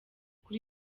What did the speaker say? kuri